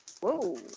whoa